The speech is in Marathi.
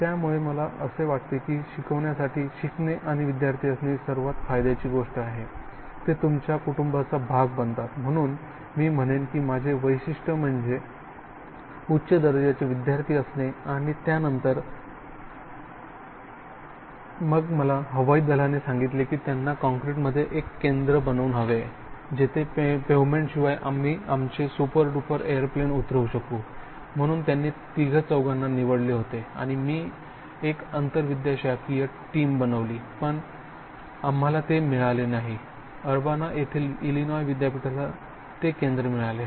त्यामुळे मला असे वाटते की शिकवण्यासाठी शिकणे आणि विद्यार्थी असणे ही सर्वात फायद्याची गोष्ट आहे ते तुमच्या कुटुंबाचा भाग बनतात म्हणून मी म्हणेन की माझे वैशिष्ट्य म्हणजे उच्च दर्जाचे विद्यार्थी असणे आणि त्यानंतर हवाई दलाने सांगितले की त्यांना कॉंक्रिटमध्ये एक केंद्र हवे आहे जेथे पेव्हमेंटशिवाय एक आम्ही आमचे सुपर डुपर एअर प्लेन उतरवू शकु म्हणून त्यांनी तिघ चौघांना निवडले होते आणि मी एक आंतरविद्याशाखीय टीम ठेवली होती पण आम्हाला ते मिळाले नाही अर्बाना येथील इलिनॉय विद्यापीठाला ते केंद्र मिळाले